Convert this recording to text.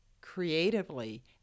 creatively